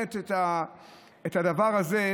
את הדבר הזה,